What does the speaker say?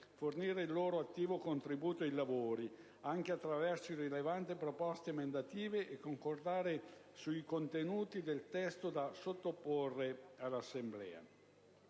fornire il loro attivo contributo ai lavori, anche attraverso rilevanti proposte emendative, e concordare sui contenuti del testo da sottoporre all'Assemblea.